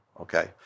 Okay